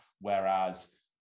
Whereas